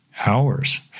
hours